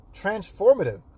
transformative